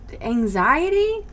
anxiety